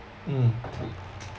mm